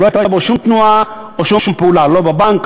שלא הייתה בו שום תנועה או שום פעולה: לא בבנק,